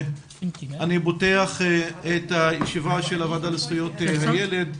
אני פותח את הישיבה של הוועדה לזכויות הילד,